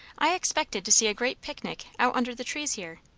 i expected to see a great picnic out under the trees here.